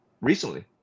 recently